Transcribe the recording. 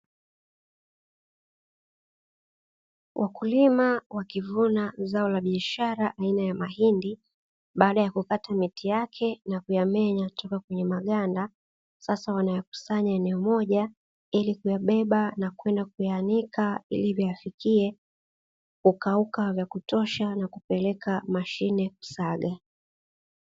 Wakulima wakivuna zao la biashara aina ya mahindi baada ya kukata miti yake na kuyamenya kwenye maganda, sasa wanayakusanya eneo moja ili kuyabeba na kwenda kuyaanika ili viwafikie kukakuka vya kutosha na kupeleka mashine kusaga.